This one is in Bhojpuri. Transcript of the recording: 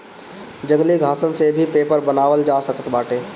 जंगली घासन से भी पेपर बनावल जा सकत बाटे